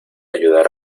ayudar